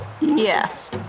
Yes